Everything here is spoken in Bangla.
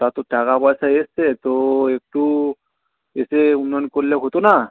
তা তো টাকাপয়সা এসেছে তো একটু এসে উন্নয়ন করলে হতো না